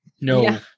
No